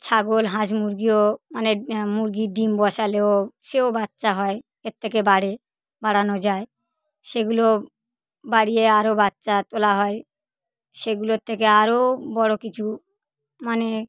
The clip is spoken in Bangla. ছাগল হাঁস মুরগিও মানে মুরগির ডিম বসালেও সেও বাচ্চা হয় এর থেকে বাড়ে বাড়ানো যায় সেগুলো বাড়িয়ে আরও বাচ্চা তোলা হয় সেগুলোর থেকে আরও বড়ো কিছু মানে